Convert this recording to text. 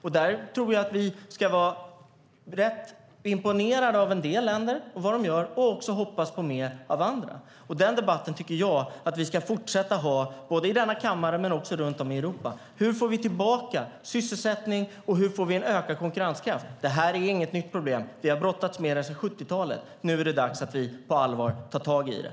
Jag tror att vi ska vara rätt imponerade av vad en del länder gör och också hoppas på mer av andra. Den här debatten tycker jag att vi ska fortsätta att ha i denna kammare men också runt om i Europa. Hur får vi tillbaka sysselsättning, och hur får vi en ökad konkurrenskraft? Det här är inget nytt problem. Vi har brottats med det sedan 70-talet. Nu är det dags att vi på allvar tar tag i det.